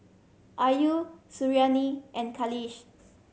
Ayu Suriani and Khalish